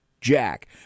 Jack